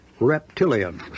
reptilians